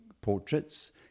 portraits